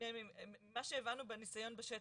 זה מה שהבנו בניסיון בשטח,